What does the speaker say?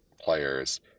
players